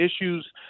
issues